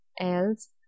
else